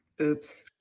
Oops